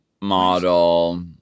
Model